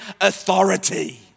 authority